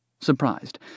surprised